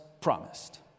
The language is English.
promised